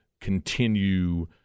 continue